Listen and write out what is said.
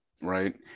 Right